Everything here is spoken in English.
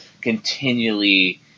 continually